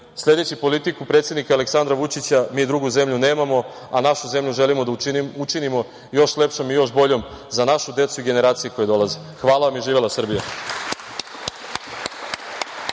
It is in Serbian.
sledeći politiku predsednika Aleksandra Vučića, mi drugu zemlju nemamo, a našu zemlju želimo da učinimo još lepšom i još boljom za našu decu i generacije koje dolaze. Hvala vam i živela Srbija.